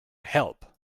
help